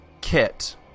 Kit